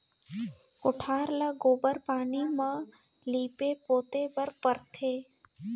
कोठार ल गोबर पानी म लीपे पोते बर परथे